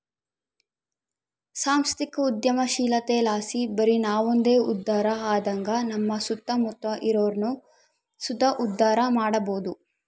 ಸಾಂಸ್ಥಿಕ ಉದ್ಯಮಶೀಲತೆಲಾಸಿ ಬರಿ ನಾವಂದೆ ಉದ್ಧಾರ ಆಗದಂಗ ನಮ್ಮ ಸುತ್ತಮುತ್ತ ಇರೋರ್ನು ಸುತ ಉದ್ಧಾರ ಮಾಡಬೋದು